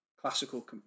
classical